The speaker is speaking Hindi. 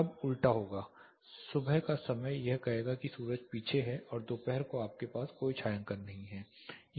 अब उल्टा होगा सुबह का समय यह कहेगा कि सूरज पीछे है और दोपहर को आपको कोई छायांकन नहीं है